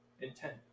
intent